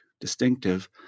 distinctive